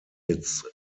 its